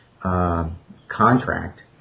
contract